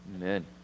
Amen